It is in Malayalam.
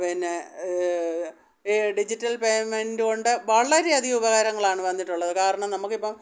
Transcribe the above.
പിന്നെ ഈ ഡിജിറ്റൽ പെയ്മെൻ്റ് കൊണ്ട് വളരെയധികം ഉപകാരങ്ങളാണ് വന്നിട്ടുള്ളത് കാരണം നമുക്കിപ്പം